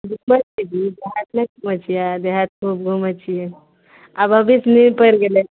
घ घुमय छियै देहातो घुमय छियै आब अभीसँ नीन पड़ि गेलय